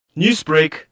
Newsbreak